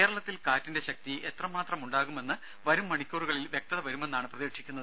കേരളത്തിൽ കാറ്റിന്റെ ശക്തി എത്രമാത്രം ഉണ്ടാകുമെന്ന് വരും മണിക്കൂറുകളിൽ വ്യക്തത വരുമെന്നാണ് പ്രതീക്ഷിക്കുന്നത്